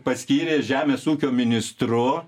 paskyrė žemės ūkio ministru